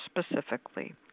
specifically